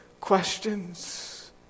questions